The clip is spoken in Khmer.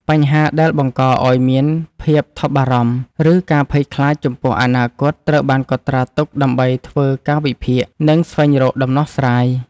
បញ្ហាដែលបង្កឱ្យមានភាពថប់បារម្ភ ឬការភ័យខ្លាចចំពោះអនាគត ត្រូវបានកត់ត្រាទុកដើម្បីធ្វើការវិភាគ និងស្វែងរកដំណោះស្រាយ។